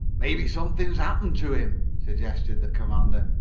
maybe something has happened to him, suggested the commander.